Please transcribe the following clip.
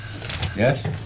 Yes